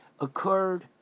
occurred